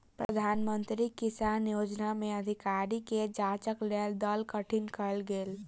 प्रधान मंत्री किसान योजना में अधिकारी के जांचक लेल दल गठित कयल गेल